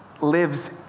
lives